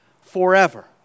forever